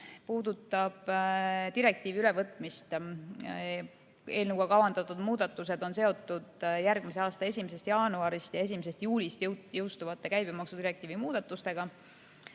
puudutab direktiivi ülevõtmist. Eelnõuga kavandatud muudatused on seotud järgmise aasta 1. jaanuarist ja 1. juulist jõustuvate käibemaksudirektiivi muudatustega.